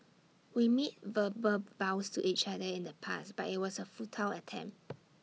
we made verbal vows to each other in the past but IT was A futile attempt